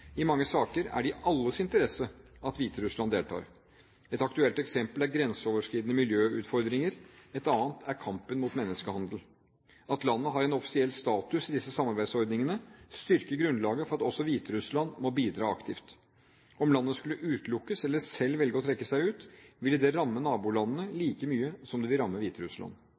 I mange saker er det i alles interesse at Hviterussland deltar. Ett aktuelt eksempel er grenseoverskridende miljøutfordringer, et annet er kampen mot menneskehandel. At landet har en offisiell status i disse samarbeidsordningene, styrker grunnlaget for at også Hviterussland må bidra aktivt. Om landet skulle utelukkes eller selv velge å trekke seg ut, ville det ramme nabolandene like mye som det vil ramme